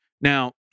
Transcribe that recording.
Now